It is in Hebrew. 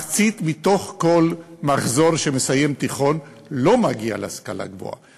מחצית מתוך כל מחזור שמסיים תיכון לא מגיעים להשכלה גבוהה.